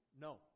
No